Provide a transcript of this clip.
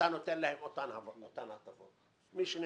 ואז אתה נותן להם את אותן הטבות.